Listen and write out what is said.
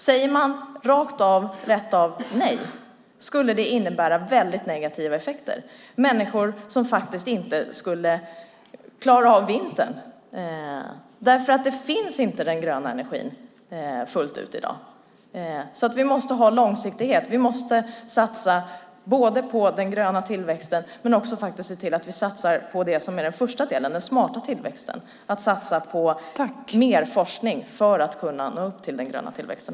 Om man säger nej rakt av skulle det innebära väldigt negativa effekter, som att människor inte klarar av vintern, därför att den gröna energin finns inte fullt ut i dag. Vi måste ha långsiktighet. Vi måste både satsa på den gröna tillväxten och satsa på det som är den första delen, den smarta tillväxten, satsa på mer forskning för att också kunna nå upp till den gröna tillväxten.